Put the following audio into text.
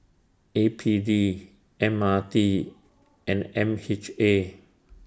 A P D M R T and M H A